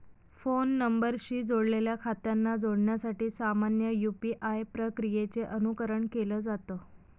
phone नंबरशी जोडलेल्या खात्यांना जोडण्यासाठी सामान्य यू.पी.आय प्रक्रियेचे अनुकरण केलं जात